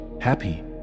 happy